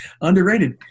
underrated